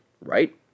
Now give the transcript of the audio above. right